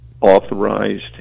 authorized